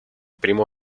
primo